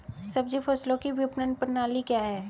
सब्जी फसलों की विपणन प्रणाली क्या है?